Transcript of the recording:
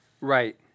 Right